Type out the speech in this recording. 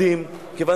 בשבוע